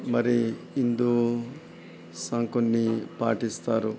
మరి హిందూ సన్ కొన్ని పాటిస్తారు